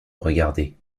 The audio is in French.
regarder